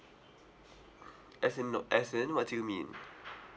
as in no as in what do you mean